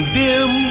dim